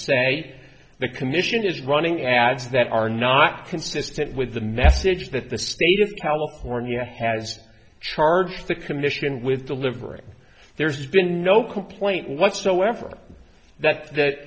say the commission is running ads that are not consistent with the message that the state of california has charged the commission with delivering there's been no complaint whatsoever that that